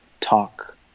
talk